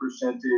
percentage